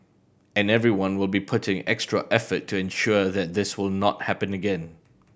and everyone will be putting extra effort to ensure that this will not happen again